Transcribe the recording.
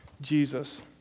Jesus